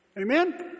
Amen